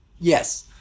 Yes